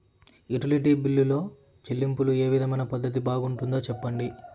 Utility బిల్లులో చెల్లింపులో ఏ విధమైన పద్దతి బాగుంటుందో సెప్పండి?